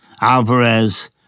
Alvarez